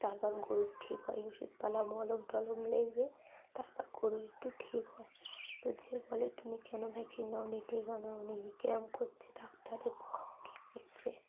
তারপর গরু ঠিক হয় ওষুধপালা মলম টলম লাগিয়ে তারপর গরু একটু ঠিক হয় তো গিয়ে বলে তুমি কেন ভ্যাকসিন নাওনি টিকা নাওনি ক্যাম্প করছে ডাক্তারে বকাবকি করছে